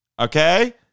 okay